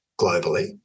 globally